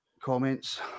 Comments